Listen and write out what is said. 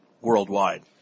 worldwide